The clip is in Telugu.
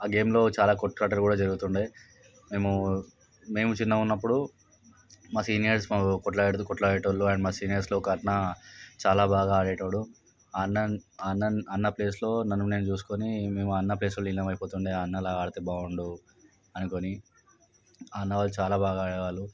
ఆ గేమ్లో చాలా కొట్లాటలు కూడా జరుగుతుంటాయి మేము మేము చిన్నగున్నప్పుడు మా సీనియర్స్ కొట్లాడి కొట్లాడేటి వాళ్లు మా సీనియర్స్లో ఒక అన్న చాలా బాగా ఆడేటోడు ఆ అన్న అన్న ప్లేస్లో నన్ను నేను చూసుకొని నేను ఆ అన్న ప్లేస్లో లీనమైపోతుండే ఆ అన్నల ఆడితే బాగుండు అనుకుని ఆ అన్న వాళ్లు చాలా బాగా ఆడేవాళ్లు